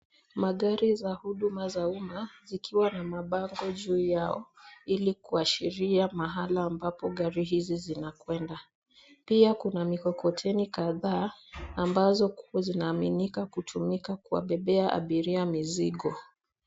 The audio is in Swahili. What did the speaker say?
Magari za huduma za umma, zikiwa na mabango juu yao ili kuashiria mahala ambapo magari hizi zinakuenda. Pia kuna mikokoteni kadhaa, ambazo zinaaminika kutumika kubebea abiria mizigo.